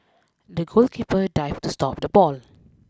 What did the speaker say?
the goalkeeper dived to stop the ball